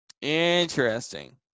interesting